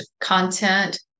content